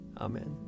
Amen